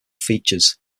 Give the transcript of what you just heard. features